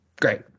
great